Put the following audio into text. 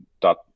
dot